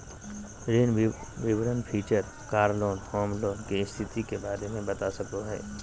ऋण विवरण feature car loan, home loan, के स्थिति के बारे में बता सका हइ